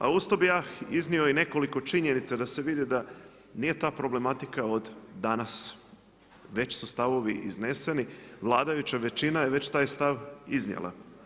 A uz to bi ja iznio i nekoliko činjenica da se vidi da nije ta problematika od danas, već su stavovi izneseni, vladajuća većina je već taj stav iznijela.